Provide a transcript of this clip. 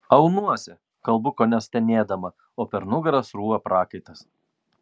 aunuosi kalbu kone stenėdama o per nugarą srūva prakaitas